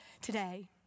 today